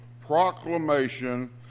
proclamation